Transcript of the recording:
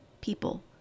people